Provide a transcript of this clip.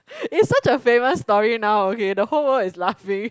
it is such a famous story now ahead the whole world is laughing